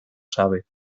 sabe